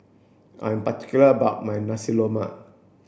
I'm particular about my Nasi Lemak